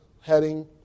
heading